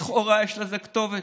לכאורה יש לזה כתובת: